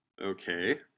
Okay